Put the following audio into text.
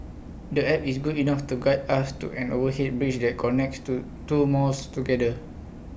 the app is good enough to guide us to an overhead bridge that connects two two malls together